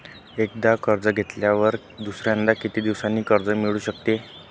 एकदा कर्ज घेतल्यावर दुसऱ्यांदा किती दिवसांनी कर्ज मिळू शकते?